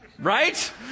right